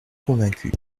convaincu